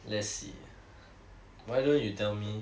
let's see why don't you tell me